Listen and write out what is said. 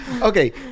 Okay